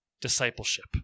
Discipleship